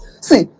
See